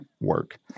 work